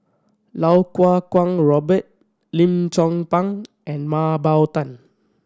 Lau Kuo Kwong Robert Lim Chong Pang and Mah Bow Tan